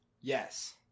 Yes